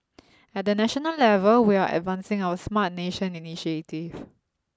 at the national level we are advancing our Smart Nation Initiative